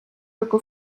jako